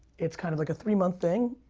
it's kind of like a three month thing.